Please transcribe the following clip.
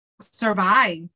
survive